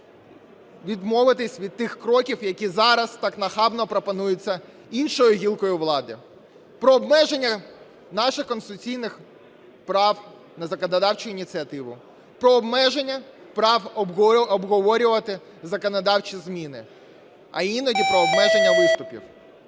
відмовитися від тих кроків, які зараз так нахабно пропонуються іншою гілкою влади, про обмеження наших конституційних прав на законодавчу ініціативу, про обмеження прав обговорювати законодавчі зміни, а іноді про обмеження виступів.